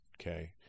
okay